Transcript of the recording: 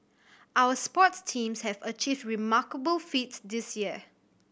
our sports teams have achieved remarkable feats this year